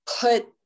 put